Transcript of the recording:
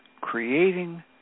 creating